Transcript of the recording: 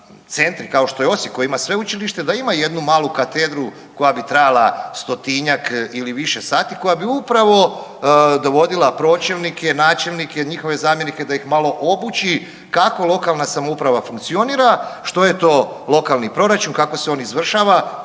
centri kao što je Osijek koji ima sveučilište, da ima jednu mali katedru koja bi trajala stotinjak ili više sati, koja bi upravo dovodila pročelnike, načelnike, njihove zamjenike, da ih malo obuči kako lokalna samouprava funkcionira, što je to lokalni proračun, kako se on izvršava,